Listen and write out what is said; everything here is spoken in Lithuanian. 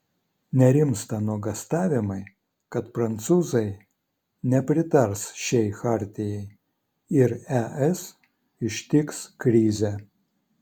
nerimsta nuogąstavimai kad prancūzai nepritars šiai chartijai ir es ištiks krizė